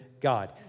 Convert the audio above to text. God